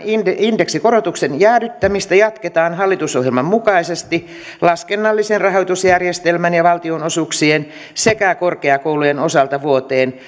indeksikorotuksen jäädyttämistä jatketaan hallitusohjelman mukaisesti laskennallisen rahoitusjärjestelmän ja valtionosuuksien sekä korkeakoulujen osalta vuoteen